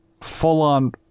full-on